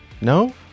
No